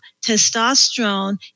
testosterone